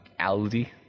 Aldi